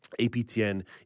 APTN